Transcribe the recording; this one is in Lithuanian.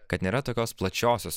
kad nėra tokios plačiosios